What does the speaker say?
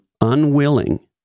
unwilling